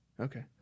Okay